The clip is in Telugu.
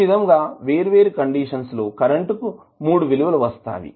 ఈ విధంగా వేరు వేరు కండీషన్స్ లో కరెంటు కు మూడు విలువలు వస్తాయి